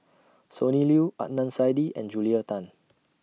Sonny Liew Adnan Saidi and Julia Tan